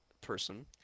person